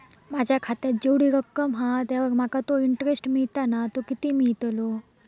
माझ्या खात्यात जेवढी रक्कम हा त्यावर माका तो इंटरेस्ट मिळता ना तो किती मिळतलो?